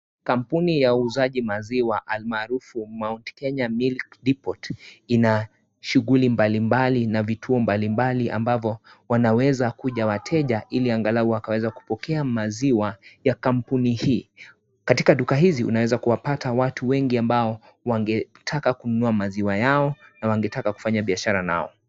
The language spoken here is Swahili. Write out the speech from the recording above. Kampuni ya uuzaji maziwa almharifu mount Kenya milk depot ina shughuli mbalimbali na vituo mbalimbali ambavyo wanawezakuja wateja ili angalau wakaweza kupokea maziwa ya kampuni hii. Katika duka hizi unaweza kupata watu wengi ambao wangetaka kununua maziwa yao na wangetaka kufanya biashara nao.